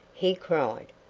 he cried.